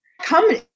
Come